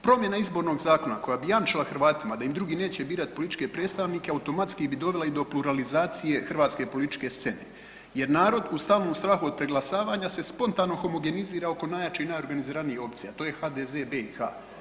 Promjena izbornog zakona koja bi jamčila Hrvatima da im drugi neće birati političke predstavnike automatski bi dovela i do pluralizacije hrvatske političke scene jer narod u stalnom strahu od preglasavanja se spontano homogenizira oko najjače i najorganiziranije opcije, a to je HDZ BiH.